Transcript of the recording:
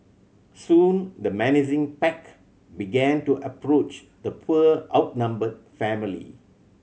soon the menacing pack began to approach the poor outnumbered family